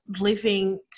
living